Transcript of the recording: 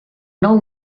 nou